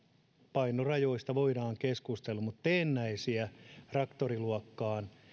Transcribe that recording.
painorajoista voidaan keskustella mutta teennäisiä traktoriluokkaan